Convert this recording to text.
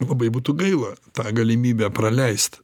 labai būtų gaila tą galimybę praleist